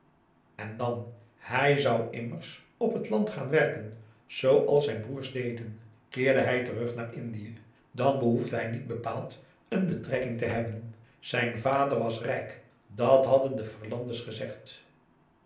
en dan hij zou immers op het land gaan werken zooals zijn broers deden keerde hij terug naar indië dan behoefde hij niet bepaald een betrekking te hebben zijn vader was rijk dat hadden de verlandes gezegd